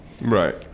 Right